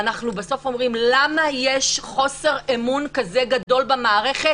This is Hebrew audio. ואנחנו בסוף אומרים: למה יש חוסר אמון כזה גדול במערכת,